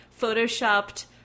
photoshopped